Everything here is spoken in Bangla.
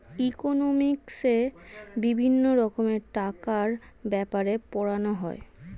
ইকোনমিক্সে বিভিন্ন রকমের টাকার ব্যাপারে পড়ানো হয়